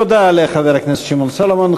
תודה לחבר הכנסת שמעון סולומון.